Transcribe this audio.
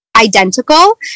identical